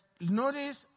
notice